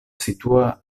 situas